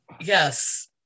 Yes